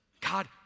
God